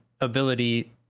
ability